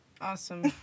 awesome